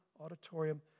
auditorium